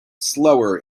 slower